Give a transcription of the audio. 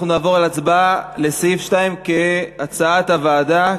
אנחנו נעבור להצבעה על סעיף 2 כהצעת הוועדה,